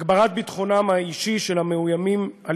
הגברת ביטחונם האישי של המאוימים על